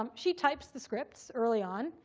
um she types the scripts early on,